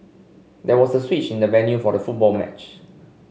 there was a switch in the venue for the football match